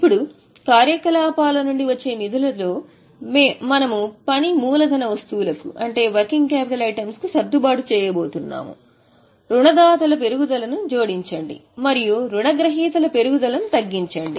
ఇప్పుడు కార్యకలాపాల నుండి వచ్చే నిధులలో మేము పని మూలధన వస్తువులకు సర్దుబాటు చేయబోతున్నాము రుణదాతల పెరుగుదల జోడించండి మరియు రుణగ్రహీతల పెరుగుదల తగ్గించండి